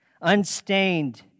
unstained